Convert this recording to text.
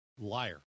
Liar